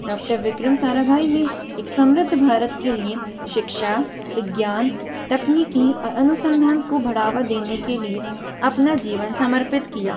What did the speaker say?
doctor Vikram Sarabhai ने एक समृद्ध भारत के लिए शिक्षा विज्ञान तकनीकी और अनुसंधान को बढ़ावा देने के लिए अपना जीवन समर्पित किया